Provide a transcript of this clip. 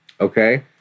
okay